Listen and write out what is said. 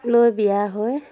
লৈ বিয়া হৈ